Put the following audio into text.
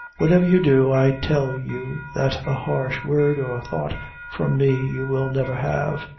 whatever you do, i tell you that a harsh word or thought from me you will never have.